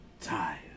tired